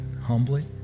humbly